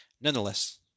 Nonetheless